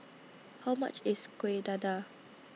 How much IS Kuih Dadar